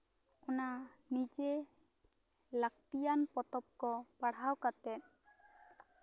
ᱚᱱᱟ ᱱᱤᱡᱮ ᱞᱟᱹᱠᱛᱤᱭᱟᱱ ᱯᱚᱛᱚᱵᱽ ᱠᱚ ᱯᱟᱲᱦᱟᱣ ᱠᱟᱛᱮᱫ